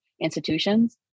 institutions